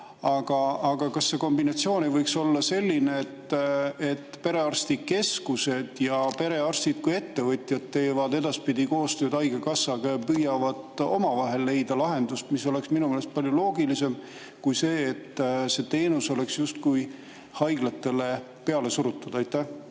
Aga kas see kombinatsioon ei võiks olla selline, et perearstikeskused ja perearstid kui ettevõtjad teevad edaspidi koostööd haigekassaga ja püüavad omavahel leida lahenduse? See oleks minu meelest palju loogilisem kui see, et see teenus on justkui haiglatele peale surutud. Aitäh,